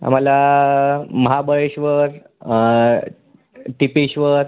आम्हाला महाबळेश्वर टिपेश्वर